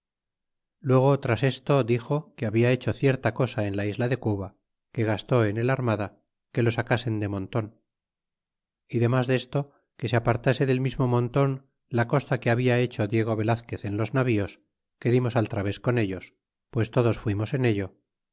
luego tras esto dixo que habia hecho cierta costa en la isla de cuba que gastó en el armada que lo sacasen de monton y demas desto que se apartase del mismo monton la costa que habia hecho diego velazquez en los navíos que dimos al traves con ellos pues todos fuimos en ello